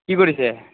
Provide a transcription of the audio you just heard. কি কৰিছে